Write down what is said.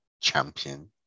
champion